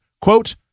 quote